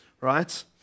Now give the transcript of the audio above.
Right